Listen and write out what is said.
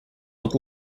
look